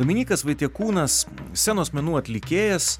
dominykas vaitiekūnas scenos menų atlikėjas